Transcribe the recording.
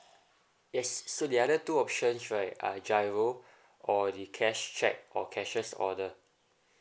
yes so the other two options right uh G_I_R_O or the cash cheque or cashier's order